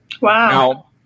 Wow